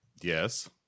Yes